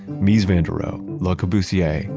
mies van der rohe, le corbusier,